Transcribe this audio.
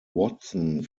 watson